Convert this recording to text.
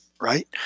right